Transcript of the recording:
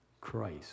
Christ